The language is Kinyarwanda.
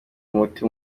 umuti